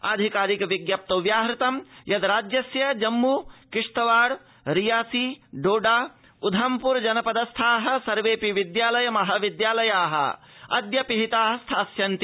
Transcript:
आधिकारिक विज्ञप्ने व्याहृतं यद् राज्यस्य जम्मू किश्तवाड़ रियासी डोडा उधमप्र जनपद स्थाः सर्वेऽपि विद्यालय महाविद्यालयाः अद्य पिहिताः भविष्यन्ति